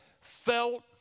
felt